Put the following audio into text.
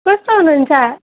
कस्तो हुनुहुन्छ